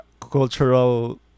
cultural